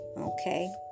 okay